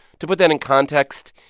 to put that in context,